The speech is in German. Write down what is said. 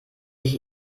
ich